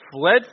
fled